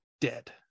dead